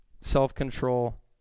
Self-control